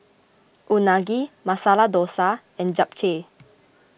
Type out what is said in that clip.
Unagi Masala Dosa and Japchae